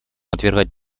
отвергать